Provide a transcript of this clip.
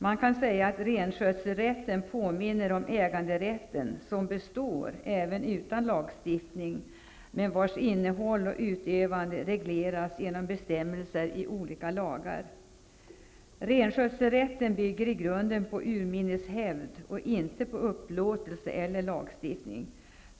Man kan säga att renskötselrätten påminner om äganderätten, som består även utan lagstiftning men vars innehåll och utövande regleras genom bestämmelser i olika lagar. Renskötselrätten bygger i grunden på urminneshävd och inte på upplåtelser eller lagstiftning.